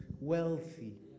Wealthy